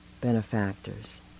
benefactors